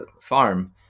farm